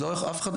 כרופא משפחה,